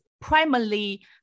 primarily